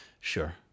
Sure